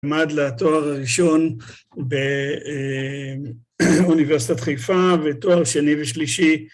למד לתואר ראשון באוניברסיטת חיפה ותואר שני ושלישי